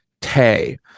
tay